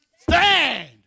stand